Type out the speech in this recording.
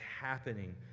happening